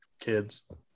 kids